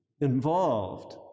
involved